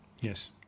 Yes